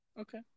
Okay